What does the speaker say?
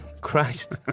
Christ